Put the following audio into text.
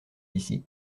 ici